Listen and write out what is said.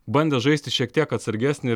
bandė žaisti šiek tiek atsargesnį